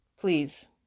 Please